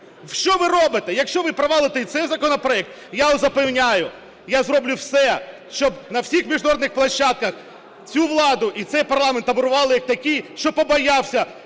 Що ви робите? Якщо ви провалите і цей законопроект, я вас запевняю, я зроблю все, щоб на всіх міжнародних площадках цю владу і цей парламент аберували як такий, що побоявся